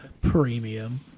Premium